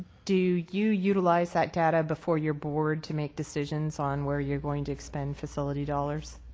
do you utilize that data before your board to make decisions on where you're going to expend facility dollars?